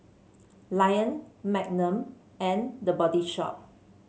Lion Magnum and The Body Shop